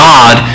God